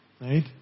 Right